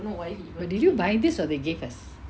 but did you buy this or they gave us